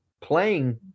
playing